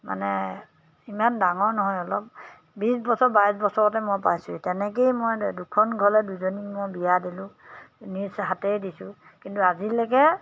মানে ইমান ডাঙৰ নহয় অলপ বিছ বছৰ বাইছ বছৰতে মই পাইছোঁ তেনেকেই মই দুখন ঘৰলৈ দুজনীক মই বিয়া দিলোঁ নিজ হাতেৰে দিছোঁ কিন্তু আজিলৈকে